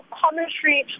commentary